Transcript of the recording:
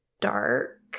dark